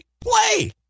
Play